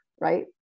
right